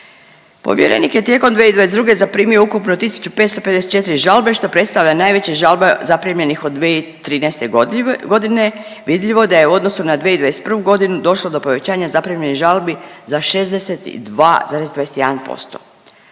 Povjerenik je tijekom 2022. zaprimio ukupno 1554 žalbe, što predstavlja najveće žalbe zaprimljenih od 2013.g., vidljivo je da je u odnosu na 2021.g. došlo do povećanja zaprimljenih žalbi za 62,21%.